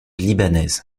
libanaise